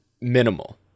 minimal